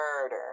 murder